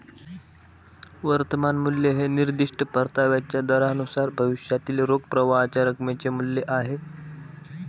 वर्तमान मूल्य हे निर्दिष्ट परताव्याच्या दरानुसार भविष्यातील रोख प्रवाहाच्या रकमेचे मूल्य आहे